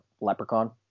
leprechaun